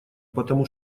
потому